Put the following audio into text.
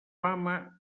fama